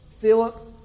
Philip